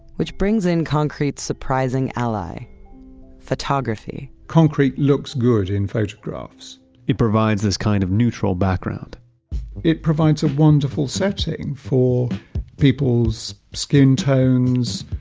which brings in concrete, surprising ally photography concrete looks good in photographs it provides this kind of neutral background it provides a wonderful setting for people's skin tones,